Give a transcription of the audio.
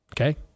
okay